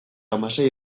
hamasei